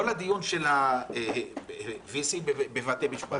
כל הדיון של ה-VCבבתי משפט,